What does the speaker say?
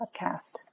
podcast